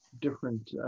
different